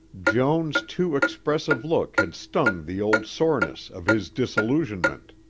joan's too expressive look had stung the old soreness of his disillusionment.